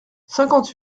cinquante